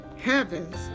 heavens